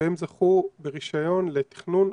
והן זכו ברישיון לתכנון,